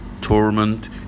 torment